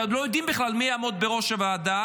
ועוד לא יודעים בכלל מי יעמוד בראש הוועדה,